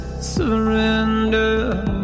surrender